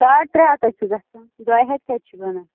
ساڑھ ترٛےٚ ہَتھ حظ چھِ گژھان دۅیہِ ہَتھ کَتہِ چھِ بَنان